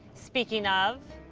speaking of,